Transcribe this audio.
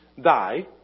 die